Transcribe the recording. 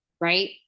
right